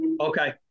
Okay